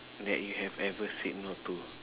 that you have ever said no to